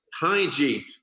hygiene